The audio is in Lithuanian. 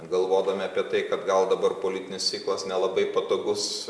galvodami apie tai kad gal dabar politinis ciklas nelabai patogus